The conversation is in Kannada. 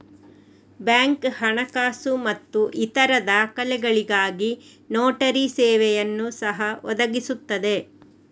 ಬ್ಯಾಂಕ್ ಹಣಕಾಸು ಮತ್ತು ಇತರ ದಾಖಲೆಗಳಿಗಾಗಿ ನೋಟರಿ ಸೇವೆಯನ್ನು ಸಹ ಒದಗಿಸುತ್ತದೆ